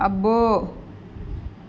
అబ్బో